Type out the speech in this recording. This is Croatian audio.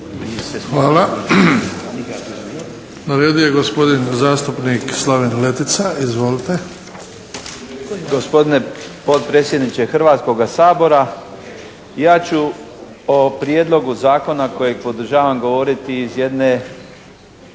Hvala. Na redu je gospodin zastupnik Slaven Letica. Izvolite. **Letica, Slaven (Nezavisni)** Gospodine potpredsjedniče Hrvatskoga sabora, ja ću o prijedlogu zakona kojeg podržavam govoriti iz jedne